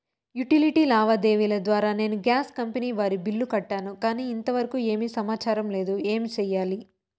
Utility లావాదేవీల ద్వారా నేను గ్యాస్ కంపెని వారి బిల్లు కట్టాను కానీ ఇంతవరకు ఏమి సమాచారం లేదు, ఏమి సెయ్యాలి?